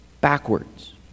backwards